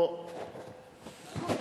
בבקשה.